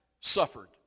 Suffered